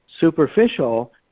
superficial